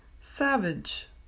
savage